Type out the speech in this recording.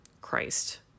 Christ